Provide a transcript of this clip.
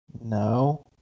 No